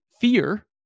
fear